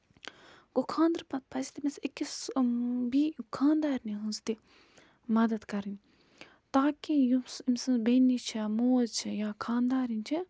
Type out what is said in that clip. گوٚو خاندرٕ پتہٕ پَزِ تٔمِس أکِس بیٚیہِ خاندارنہِ ہٕنز تہِ مدتھ کَرٕنۍ تاکہِ یُس أمۍ سٕنز بیٚنہِ چھےٚ موج چھےٚ یا خاندارینۍ چھِ